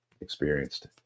experienced